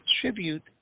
tribute